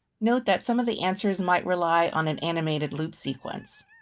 note that some of the answers might rely on an animated loop sequence.